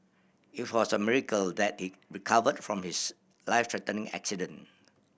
it was a miracle that he recovered from his life threatening accident